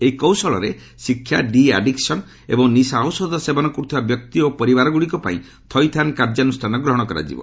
ଏହି କୌଶଳରେ ଶିକ୍ଷା ଡି ଆଡିକ୍ସନ୍ ଏବଂ ନିଶା ଔଷଧ ସେବନ କର୍ଥିବା ବ୍ୟକ୍ତି ଓ ପରିବାରଗୁଡ଼ିକ ପାଇଁ ଥଇଥାନ କାର୍ଯ୍ୟାନୁଷ୍ଠାନ ଗ୍ରହଣ କରାଯିବ